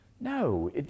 No